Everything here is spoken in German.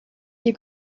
dir